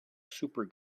super